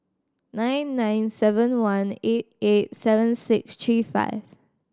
nine nine seven one eight eight seven six three five